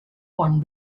one